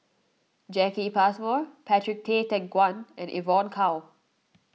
Jacki Passmore Patrick Tay Teck Guan and Evon Kow